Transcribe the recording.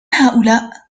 هؤلاء